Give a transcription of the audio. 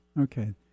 Okay